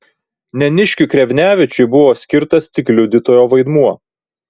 neniškiui krevnevičiui buvo skirtas tik liudytojo vaidmuo